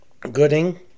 Gooding